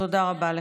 תודה רבה לך.